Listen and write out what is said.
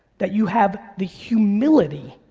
that you have the humility